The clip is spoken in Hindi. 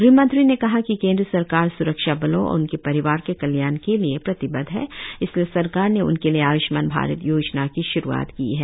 ग़हमंत्री ने कहा कि केंद्र सरकार स्रक्षा बलों और उनके परिवार के कल्याण के लिए प्रतिबद्ध है इसलिए सरकार ने उनके लिए आय्ष्मान भारत योजना की श्रूआत की है